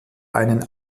einen